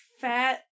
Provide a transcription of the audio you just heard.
fat